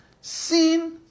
sin